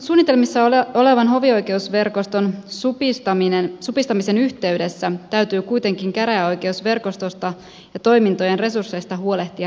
suunnitelmissa olevan hovioikeusverkoston supistamisen yhteydessä täytyy kuitenkin käräjäoikeusverkostosta ja toimintojen resursseista huolehtia riittävästi